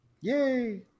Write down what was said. Yay